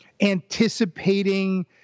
anticipating